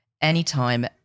anytime